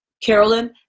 carolyn